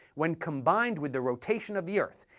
when combined with the rotation of the earth,